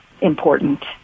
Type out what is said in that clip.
important